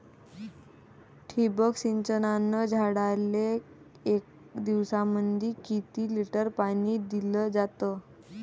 ठिबक सिंचनानं झाडाले एक दिवसामंदी किती लिटर पाणी दिलं जातं?